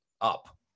up